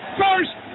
first